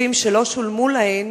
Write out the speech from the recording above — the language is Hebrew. שהכספים שלא שולמו להן